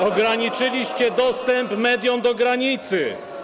Ograniczyliście dostęp mediom do granicy.